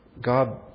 God